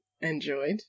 enjoyed